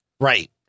Right